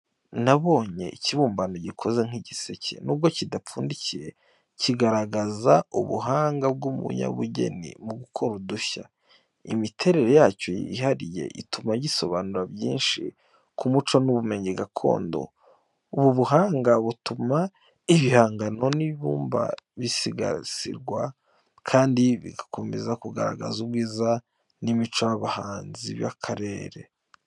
Nabonye ikibumbano gikoze nk’igiseke, nubwo kidapfundiye, kigaragaza ubuhanga bw’umunyabugeni mu gukora udushya. Imiterere yacyo yihariye ituma gisobanura byinshi ku muco n’ubumenyi gakondo. Ubu buhanga butuma ibihangano by’ibumba bisigasirwa, kandi bikomeza kugaragaza ubwiza n’imico y’abahanzi b’akarere.